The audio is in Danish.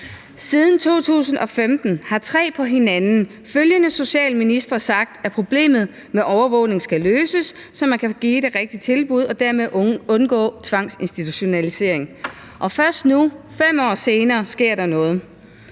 Siden 2015 har tre på hinanden følgende socialministre sagt, at problemet med overvågning skal løses, så man kan give det rigtige tilbud og dermed undgå tvangsinstitutionalisering, og først nu, 5 år senere, sker der noget.